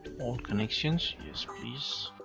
all connections. yes please.